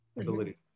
ability